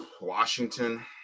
washington